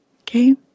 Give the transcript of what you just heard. Okay